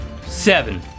seven